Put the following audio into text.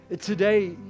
Today